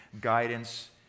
guidance